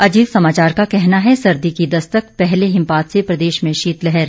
अजीत समाचार का कहना है सर्दी की दस्तक पहले हिमपात से प्रदेश में शीत लहर